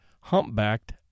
humpbacked